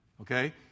Okay